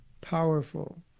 powerful